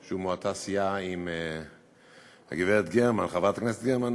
שהוא מאותה סיעה של חברת הכנסת גרמן,